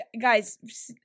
guys